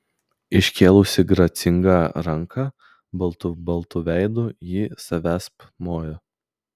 iškėlusi gracingą ranką baltu baltu veidu ji savęsp mojo